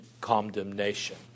condemnation